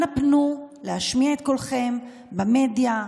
אנא פנו להשמיע את קולכם במדיה,